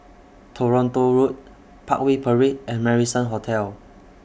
Toronto Road Parkway Parade and Marrison Hotel